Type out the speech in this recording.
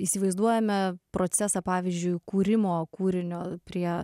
įsivaizduojame procesą pavyzdžiui kūrimo kūrinio prie